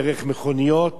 דרך מכוניות,